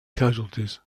casualties